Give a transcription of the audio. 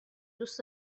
دوست